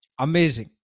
amazing